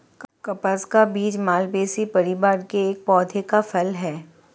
कपास का बीज मालवेसी परिवार के एक पौधे का फल है